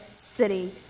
city